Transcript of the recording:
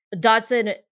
Dodson